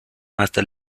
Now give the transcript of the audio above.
hasta